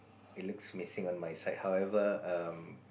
it looks missing on my side however um